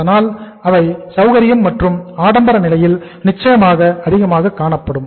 ஆனால் இவை சௌகரியம் மற்றும் ஆடம்பர நிலையில் நிச்சயமாக அதிகமாக பாதிக்கப்படும்